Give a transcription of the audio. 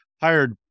hired